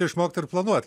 išmokt ir planuot